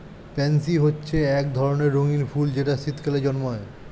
pansy হচ্ছে এক ধরনের রঙিন ফুল যেটা শীতকালে জন্মায়